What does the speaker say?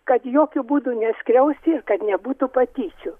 kad jokiu būdu neskriausti ir kad nebūtų patyčių